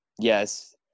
yes